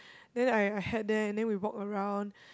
then I had that and then we walk around